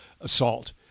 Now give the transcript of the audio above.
assault